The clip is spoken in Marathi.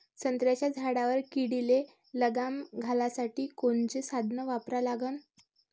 संत्र्याच्या झाडावर किडीले लगाम घालासाठी कोनचे साधनं वापरा लागन?